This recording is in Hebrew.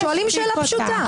שואלים שאלה פשוטה.